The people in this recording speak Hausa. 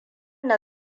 na